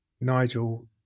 Nigel